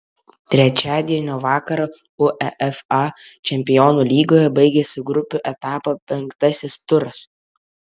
trečiadienio vakarą uefa čempionų lygoje baigėsi grupių etapo penktasis turas